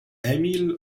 emil